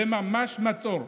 זה ממש מצור.